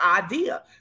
idea